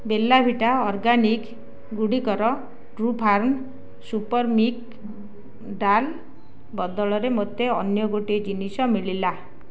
Bella Vita organic ଗୁଡ଼ିକର Truefarm super mix dal ବଦଳରେ ମୋତେ ଅନ୍ୟ ଗୋଟିଏ ଜିନିଷ ମିଳିଲା